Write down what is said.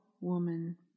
woman